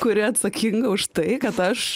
kuri atsakinga už tai kad aš